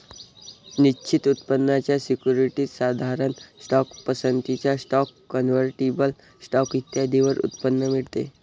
निश्चित उत्पन्नाच्या सिक्युरिटीज, साधारण स्टॉक, पसंतीचा स्टॉक, कन्व्हर्टिबल स्टॉक इत्यादींवर उत्पन्न मिळते